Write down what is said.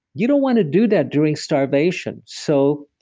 you don't want to do that during starvation. so,